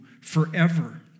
forever